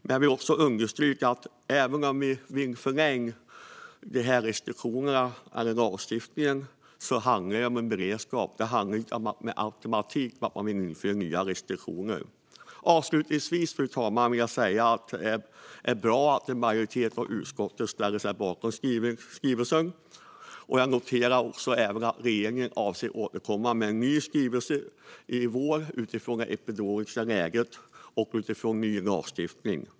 Men jag vill också understryka att även om restriktionerna och lagstiftningen förlängs handlar det om att ha beredskap. Det handlar inte om att med automatik införa nya restriktioner. Det är bra att en majoritet av utskottet ställer sig bakom skrivelsen. Jag noterar också att regeringen avser att återkomma med en ny skrivelse i vår utifrån det epidemiologiska läget och utifrån ny lagstiftning.